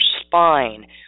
spine